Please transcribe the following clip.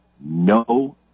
no